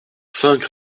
cinq